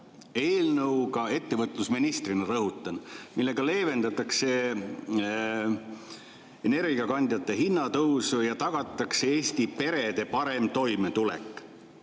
ette ettevõtlusministrina, rõhutan, eelnõuga, millega leevendatakse energiakandjate hindade tõusu ja tagatakse Eesti perede parem toimetulek.